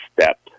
step